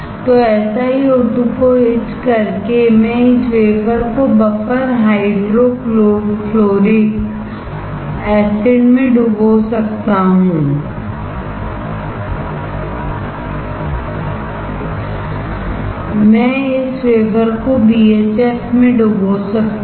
तो SiO2 को etch करके मैं इस वेफर को बफर हाइड्रोफ्लोरिक एसिड में डुबो सकता हूं मैं इस वेफरको BHF में डुबो सकता हूं